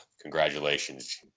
congratulations